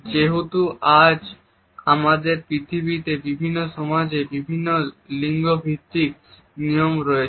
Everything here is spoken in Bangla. যেহেতু আজ আমাদের পৃথিবীতে বিভিন্ন সমাজে বিভিন্ন লিঙ্গ ভিত্তিক নিয়ম রয়েছে